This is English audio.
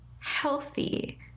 healthy